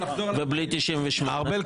ובלי 98. נחזור להצעה --- ארבל,